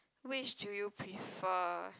which do you prefer